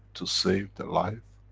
to save the life,